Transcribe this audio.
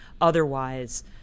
otherwise